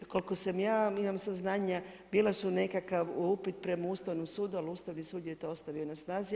Koliko ja imam saznanja bila su nekakav upit prema ustavnom sudu, ali ustavni sud je to ostavio na snazi.